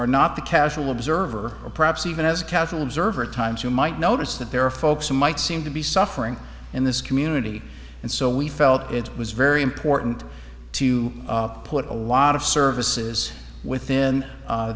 are not the casual observer or perhaps even as a casual observer at times you might notice that there are folks who might seem to be suffering in this community and so we felt it was very important to put a lot of services within